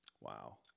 Wow